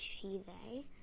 she-they